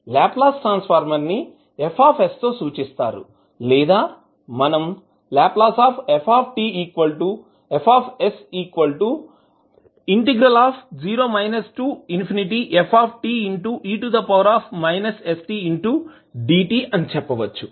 Laplace transform ని F తో సూచిస్తారు లేదా మనం అని చెప్పవచ్చు